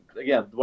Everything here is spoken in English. Again